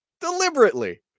deliberately